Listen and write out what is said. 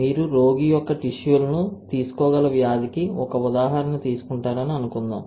మీరు రోగి యొక్క కణాలను తీసుకోగల వ్యాధికి ఒక ఉదాహరణ తీసుకుంటారని అనుకుందాం